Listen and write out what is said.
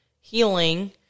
healing